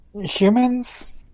Humans